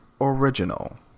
original